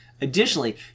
Additionally